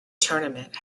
tournament